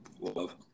Love